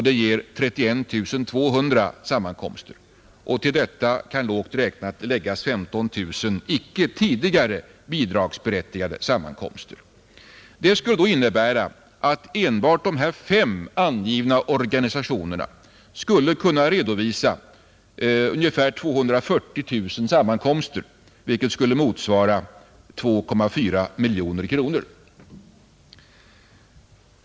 Det ger 31 200 sammankomster. Till detta kan lågt räknat läggas 15 000 icke tidigare bidragsberättigade sammankomster. Det skulle innebära att enbart dessa fem angivna organisationer skulle kunna redovisa ungefär 240 000 sammankomster, vilket skulle motsvara 2,4 miljoner kronor.